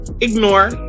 ignore